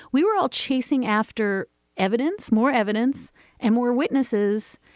we were all chasing after evidence, more evidence and more witnesses.